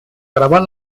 gravar